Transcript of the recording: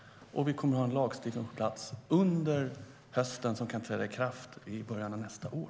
Vi kommer att ha en lagstiftning på plats under hösten, som kan träda i kraft i början av nästa år.